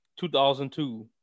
2002